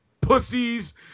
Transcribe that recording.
pussies